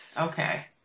okay